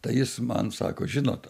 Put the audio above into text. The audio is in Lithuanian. tai jis man sako žinot